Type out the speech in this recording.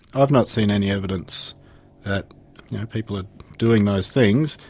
i've not seen any evidence that people are doing those things.